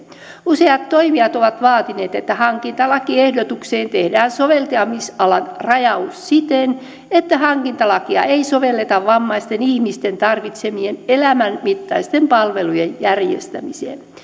useat toimijat ovat vaatineet että hankintalakiehdotukseen tehdään soveltamisalan rajaus siten että hankintalakia ei sovelleta vammaisten ihmisten tarvitsemien elämänmittaisten palvelujen järjestämiseen